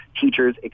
teachers